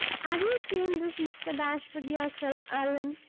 have you seen this mr. bashwood yourself, allan?